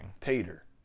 Tater